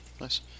Nice